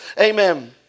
amen